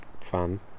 fun